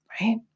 right